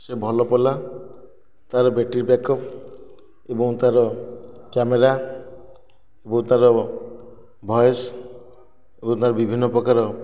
ସେ ଭଲ ପଡ଼ିଲା ତା'ର ବ୍ୟାଟେରୀ ଵ୍ୟାକପ୍ ଏବଂ ତା'ର କ୍ୟାମେରା ଓ ତା'ର ଭଏସ୍ ଓ ତା'ର ବିଭିନ୍ନ ପ୍ରକାର